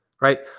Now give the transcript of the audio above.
right